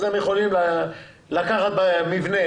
אז הם יכולים לקחת מבנה,